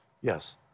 Yes